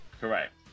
Correct